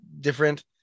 different